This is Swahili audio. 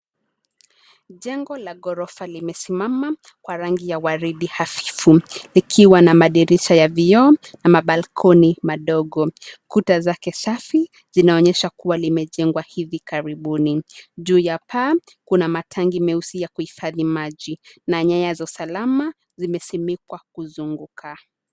Jengo la ghorofa, limesimama kwa rangi ya waridi hafifu ikiwa na madirisha ya vioo na mabalkoni madogo. Kuta zake safi zinaonyesha kuwa limejengwa hivi karibuni. Juu ya paa, kuna matangi meusi ya kuhifadhi maji na nyanya za usalama zimesimikwa kuzunguka.